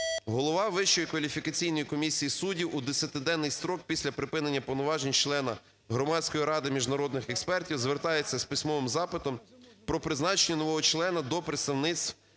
"Голова Вищої кваліфікаційної комісії суддів у десятиденний строк після припинення повноважень члена Громадської ради міжнародних експертів звертається з письмовим запитом про призначення нового члена до представництв.